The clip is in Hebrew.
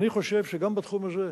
אני חושב שגם בתחום הזה,